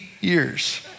years